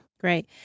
Great